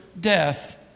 death